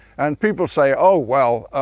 and people say oh well,